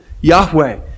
Yahweh